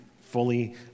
fully